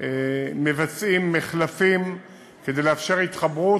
גם מבצעים מחלפים כדי לאפשר התחברות